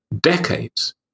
decades